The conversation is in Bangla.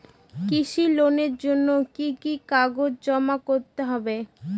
কৃষি লোনের জন্য কি কি কাগজ জমা করতে হবে?